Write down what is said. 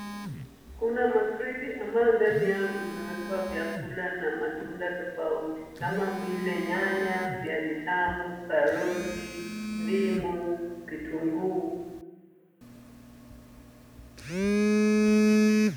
Kuna makreti ambayo ndani yao imewekwa vyakula na matunda tofauti kama vile nyanya, viazi tamu, karoti, ndimu, kitunguu.